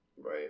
right